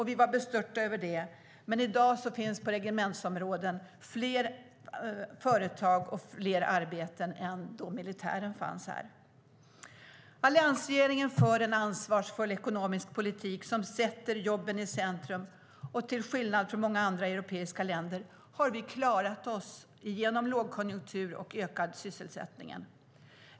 Vi var då bestörta över det, men i dag finns på regementsområdet fler företag och fler arbeten än då militären fanns där. Alliansregeringen för en ansvarsfull ekonomisk politik som sätter jobben i centrum. Till skillnad från många andra europeiska länder har vi klarat oss igenom lågkonjunkturen och ökat sysselsättningen.